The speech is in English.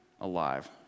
alive